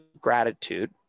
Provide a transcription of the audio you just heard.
gratitude